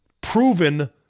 proven